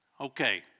Okay